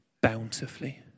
bountifully